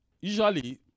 usually